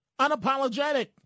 Unapologetic